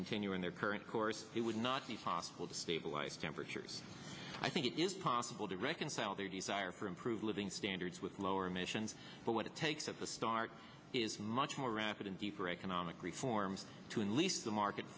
continuing their current course it would not be possible to stabilize temperatures i think it is possible to reconcile their desire for improve living standards with lower emissions but what it takes at the start is much more rapid and deeper economic reforms to unleash the market